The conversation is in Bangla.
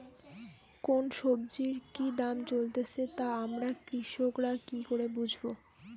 কোন সব্জির কি দাম চলছে তা আমরা কৃষক রা কি করে বুঝবো?